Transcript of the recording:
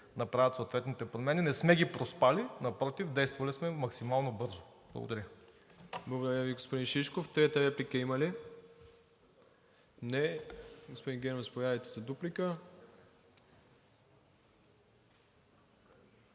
направят съответните промени. Не сме ги проспали – напротив, действали сме максимално бързо. Благодаря. ПРЕДСЕДАТЕЛ МИРОСЛАВ ИВАНОВ: Благодаря Ви, господин Шишков. Трета реплика има ли? Не. Господин Генов, заповядайте за дуплика.